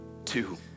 two